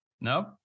No